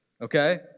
Okay